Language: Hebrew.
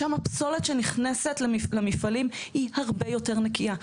שמה פסולת שנכנסת למפעלים היא הרבה יותר נקייה,